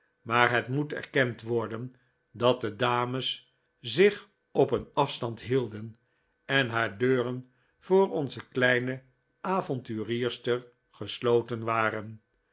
maar het moet erkend worden dat de dames zich op een afstand hielden en haar deuren voor onze kleine avonturierster gesloten waren